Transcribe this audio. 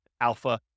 alpha